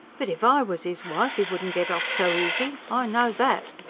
but if i was is wife e wouldn't get off so easy i know that!